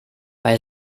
bei